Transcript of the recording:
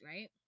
right